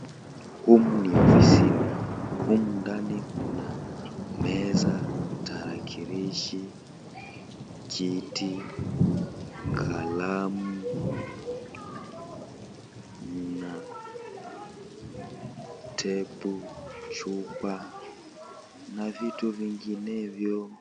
Humu ni ofisini. Humu ndani mna, meza, tarakilishi, kiti, kalamu na tepu, chupa na vitu vinginevyo.